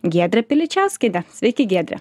giedre piličiauskiene sveiki giedre